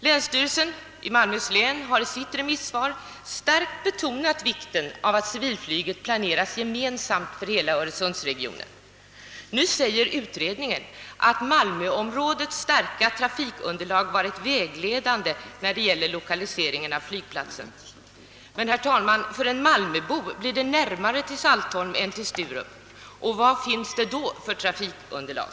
Länsstyrelsen i Malmöhus län har i sitt remissvar starkt betonat vikten av att civilflyget planeras gemensamt för hela öresundsregionen. Nu säger utredningen att malmöområdets starka trafikunderlag varit vägledande när det gällt lokaliseringen av flygplatsen. Men, herr talman, för en malmöbo blir det närmare till Saltholm än till Sturup. Vad finns det då för trafikunderlag?